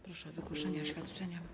Proszę o wygłoszenie oświadczenia.